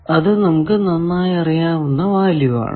ഇത് നമുക്കു നന്നായി അറിയാവുന്ന വാല്യൂ ആണ്